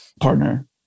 partner